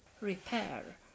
repair